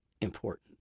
important